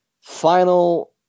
final